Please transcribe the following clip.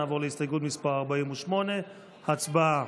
נעבור להסתייגות מס' 45. הצבעה.